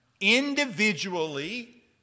individually